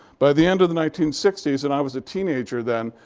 by the end of the nineteen sixty s, and i was a teenager then,